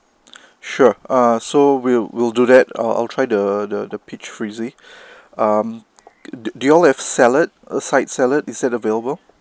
sure ah so we'll we'll do that I I'll try the the the peach fizzy um d~ do y'all have salad aside salad is that available